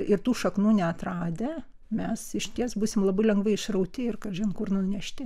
ir tų šaknų neatradę mes išties būsim labai lengvai išrauti ir kažin kur nunešti